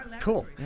cool